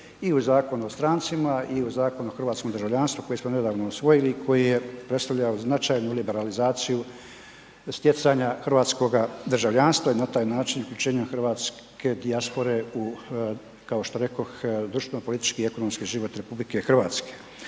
i u Zakonu o strancima i u Zakonu o hrvatskom državljanstvu koji smo nedavno usvojili, koji je predstavljao značajnu liberalizaciju stjecanja hrvatskoga državljanstava i na taj način učinio hrvatske dijaspore kao što rekoh u društveno, politički i ekonomski život RH.